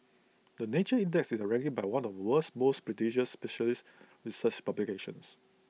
the nature index is A ranking by one of the world's most prestigious specialist research publications